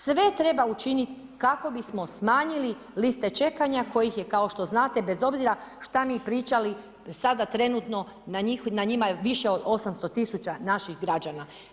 Sve treba učiniti kako bismo smanjili liste čekanja kojih je kao što znate bez obzira šta mi pričali sada trenutno, an njima je više od 800 tisuća naših građana.